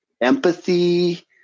empathy